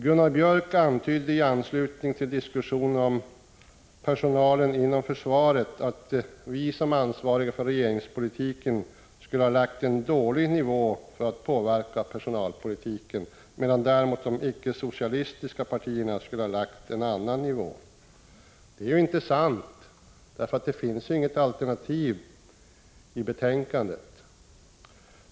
Gunnar Björk antydde i anslutning till diskussionen om personalen inom försvaret att vi som är ansvariga för regeringspolitiken skulle ha lagt våra anslag på en alltför låg nivå för att de skulle kunna påverka personalpolitiken, medan däremot de icke-socialistiska partiernas förslag låg på en annan nivå. Det är inte sant, för det finns inget alternativ i betänkandet.